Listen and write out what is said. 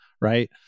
right